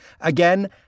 Again